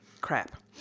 crap